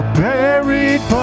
buried